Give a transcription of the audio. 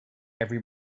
every